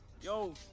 Yo